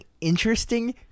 interesting